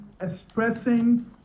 expressing